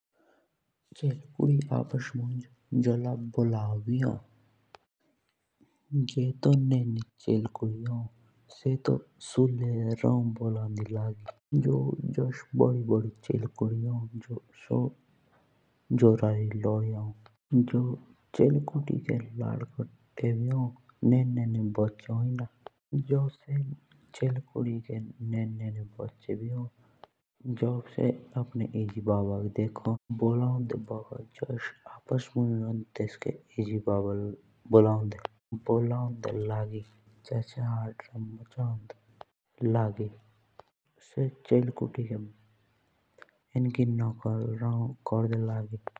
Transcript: चेल्कुड़ी आप्स मुँज जब बोलौं भी ओ और जो नेनेनी चेल्कुड़ी भी से तो सुळे र्हो बोलांदी लागी और जो बोड बोडी चेल्कुड़ी भी होन सो जोडड़ी बोलौं। और जस बोड बोडी चेल्कुड़ी भी बोलाओ तब नेनी चल्कुड़ी तेनुकी भी तेनुकी नकोल करौं।